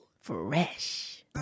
Fresh